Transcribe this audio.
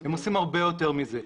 הם עושים הרבה יותר מזה.